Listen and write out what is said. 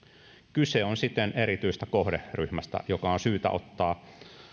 kyse on siten erityisestä kohderyhmästä joka on syytä ottaa